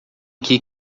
que